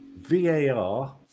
VAR